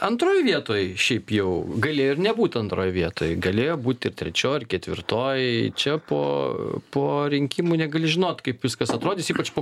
antroj vietoj šiaip jau galėjo ir nebūt antroj vietoj galėjo būt ir trečioj ir ketvirtoj čia po po rinkimų negali žinot kaip viskas atrodys ypač po